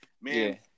man